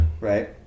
Right